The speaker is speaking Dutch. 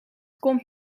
komt